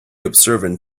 observant